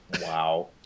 Wow